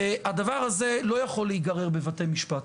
הדבר הזה לא יכול להיגרר בבתי משפט.